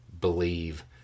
believe